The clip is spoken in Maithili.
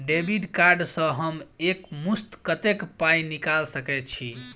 डेबिट कार्ड सँ हम एक मुस्त कत्तेक पाई निकाल सकय छी?